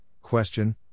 question